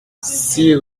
six